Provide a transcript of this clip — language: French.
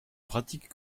pratique